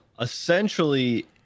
Essentially